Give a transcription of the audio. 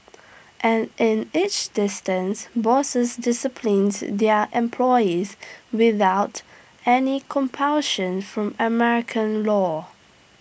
and in each instance bosses disciplined their employees without any compulsion from American law